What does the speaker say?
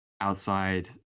outside